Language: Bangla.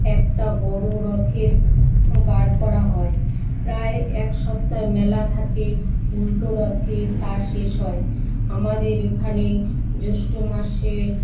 একটা বড় রথের বার করা হয় প্রায় এক সপ্তাহ মেলা থাকে উল্টো রথে তা শেষ হয় আমাদের এখানে জৈষ্ঠ্য মাসে